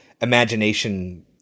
imagination